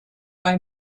bei